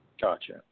gotcha